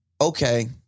okay